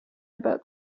about